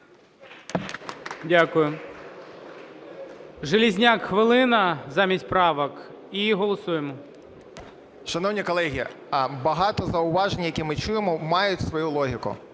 Шановні колеги, багато зауважень, які ми чуємо, мають свою логіку.